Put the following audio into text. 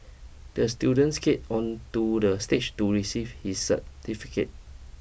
the student skate onto the stage to receive his certificate